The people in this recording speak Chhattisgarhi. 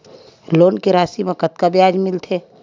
लोन के राशि मा कतका ब्याज मिलथे?